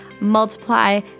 multiply